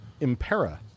Impera